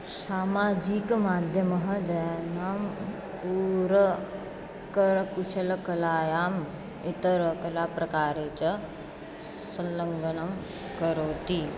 सामाजीकमाध्यमः जनानां क्रूरं करकुशलकलानाम् इतरकलाप्रकारे च सल्लग्नं करोति